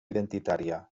identitària